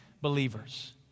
believers